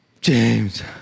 James